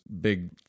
big